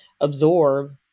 absorb